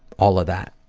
all of that,